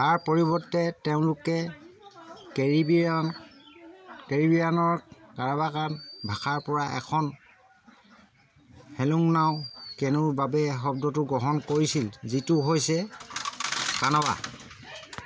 তাৰ পৰিৱৰ্তে তেওঁলোকে কেৰিবিয়ান কেৰিবিয়ানৰ আৰাৱাকান ভাষাৰপৰা এখন হোলোংনাও কেনুৰ বাবে শব্দটো গ্ৰহণ কৰিছিল যিটো হৈছে কানাৱা